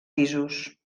pisos